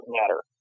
matter